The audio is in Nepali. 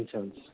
हुन्छ हुन्छ